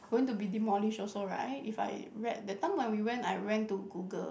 going to be demolished also right if I read that time when we went I went to Google